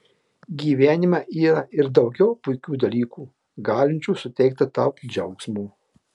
gyvenime yra ir daugiau puikių dalykų galinčių suteikti tau džiaugsmo